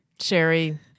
sherry